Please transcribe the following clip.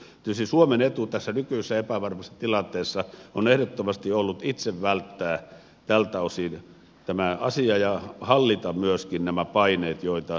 tietysti suomen etu tässä nykyisessä epävarmassa tilanteessa on ehdottomasti ollut itse välttää tältä osin tämä asia ja hallita myöskin nämä paineet joita voimakkaasti on